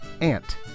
ant